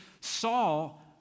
Saul